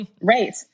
Right